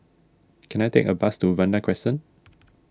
can I take a bus to Vanda Crescent